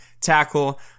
tackle